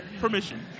permission